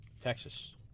Texas